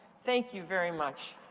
thank you very much.